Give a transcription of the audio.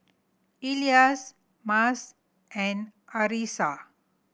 Elyas Mas and Arissa